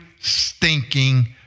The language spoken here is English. stinking